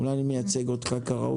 אולי אני מייצג אותך כראוי?